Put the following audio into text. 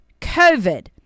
COVID